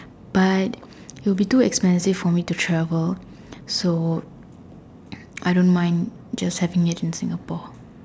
but will be too expensive for me to travel so I don't mind just having it in Singapore